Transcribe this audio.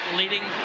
leading